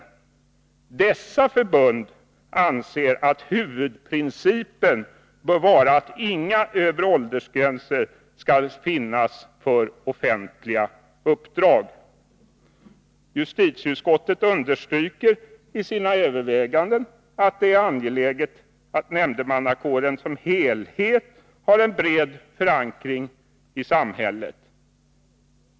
Dessa förbund anser att huvudprincipen bör vara att inga övre åldersgränser skall finnas för offentliga uppdrag. Justitieutskottet understryker i sina överväganden att det är angeläget att nämndemannakåren som helhet har en bred förankring i samhället.